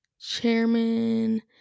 chairman